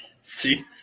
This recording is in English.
See